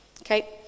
Okay